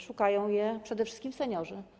Szukają ich przede wszystkim seniorzy.